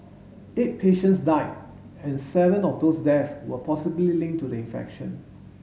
eight patients died and seven of those deaths were possibly linked to the infection